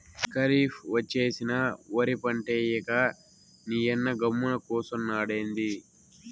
కరీఫ్ ఒచ్చేసినా ఒరి పంటేయ్యక నీయన్న గమ్మున కూసున్నాడెంది